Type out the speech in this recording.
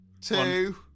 two